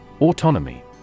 Autonomy